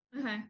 Okay